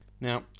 Now